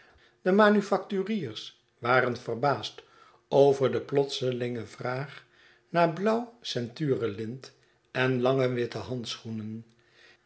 de manufacturiers waren verbaasd over de plotselinge vraag naar blauw ceinturelint en lange witte handschoenen